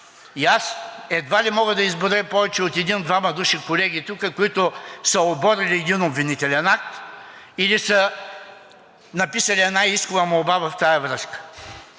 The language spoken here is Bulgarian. Едва ли мога да изброя повече от един-двама души колеги тук, които са оборили един обвинителен акт или са написали една искова молба в тази връзка.